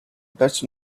dutch